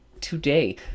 today